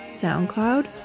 SoundCloud